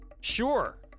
Sure